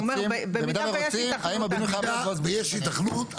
האם הבינוי --- יש היתכנות,